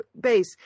base